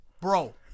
bro